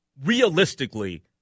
realistically